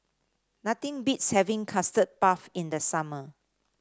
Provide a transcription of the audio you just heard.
nothing beats having Custard Puff in the summer